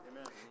Amen